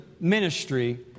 ministry